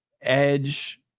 edge